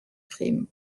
crime